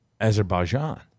Azerbaijan